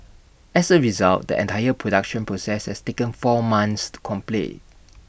as A result the entire production process has taken four months to complete